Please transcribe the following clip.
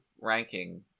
ranking